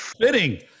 Fitting